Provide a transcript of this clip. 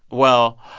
well,